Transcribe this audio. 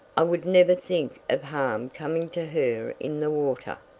i would never think of harm coming to her in the water.